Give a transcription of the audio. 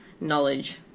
knowledge